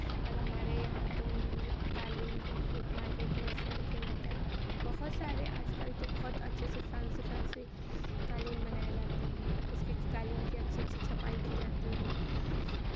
और हमारे यहाँ तो मतलब कालीन को फिर मार्केट में शेयर किया जाता है बहुत सारे आजकल तो बहुत अच्छे अच्छे फैंसी फैंसी कालीन बनाये जाते हैं उसकी कालीन की अच्छी अच्छी छपाई की जाती है